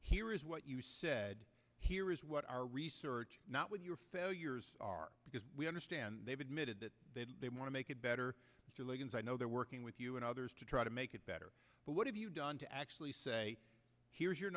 here is what you've said here is what our research not with your failures are because we understand they've admitted that they want to make it better i know they're working with you and others to try to make it better but what have you done to actually say here's your